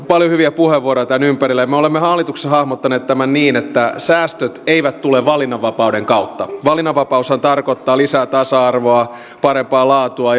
paljon hyviä puheenvuoroja on ollut tämän ympärillä me olemme hallituksessa hahmottaneet tämän niin että säästöt eivät tule valinnanvapauden kautta valinnanvapaushan tarkoittaa lisää tasa arvoa parempaa laatua